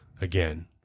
Again